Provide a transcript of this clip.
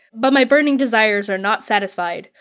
but my burning desires are not satisfied.